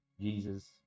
Jesus